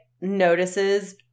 notices